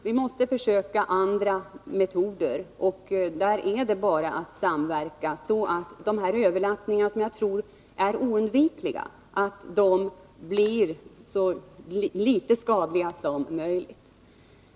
Vi måste försöka finna andra metoder — man måste samverka så att dessa överlappningar, som jag tror är oundvikliga, blir så litet skadliga som möjligt.